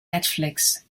netflix